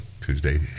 Tuesday